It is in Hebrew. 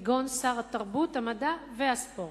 כגון שר התרבות, המדע והספורט,